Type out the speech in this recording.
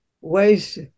ways